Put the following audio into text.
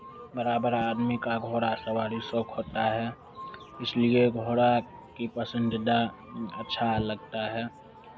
बड़ा बड़ा आदमी का घोड़ा सवारी शौक होता है इसलिए घोड़ा की पसंदीदा अच्छा लगता है